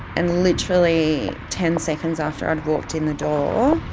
and literally ten seconds after i'd walked in the door,